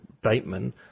Bateman